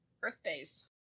birthdays